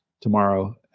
tomorrow